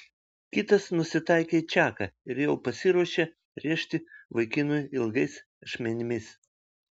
kitas nusitaikė į čaką ir jau pasiruošė rėžti vaikinui ilgais ašmenimis